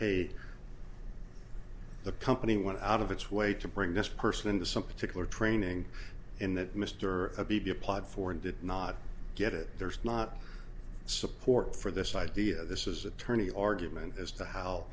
hey the company went out of its way to bring this person into something tickler training in that mr beebe applied for and did not get it there's not support for this idea this is attorney argument as to how